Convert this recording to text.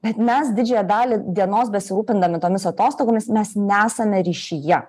bet mes didžiąją dalį dienos besirūpindami tomis atostogomis mes nesame ryšyje